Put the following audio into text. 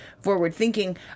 forward-thinking